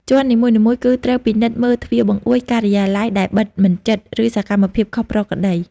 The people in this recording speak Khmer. ជាន់នីមួយៗ គឺត្រូវពិនិត្យមើលទ្វារបង្អួច ការិយាល័យដែលបិទមិនជិត ឬសកម្មភាពខុសប្រក្រតី។